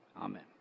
Amen